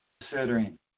Considering